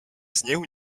sněhu